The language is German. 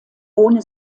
ohne